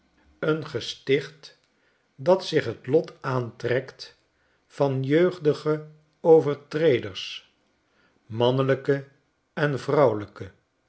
een gesticht dat zich het lot aantrekt van jeugdige overtreders mannelijke en vrouwelijke